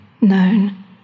known